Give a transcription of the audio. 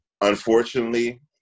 unfortunately